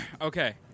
Okay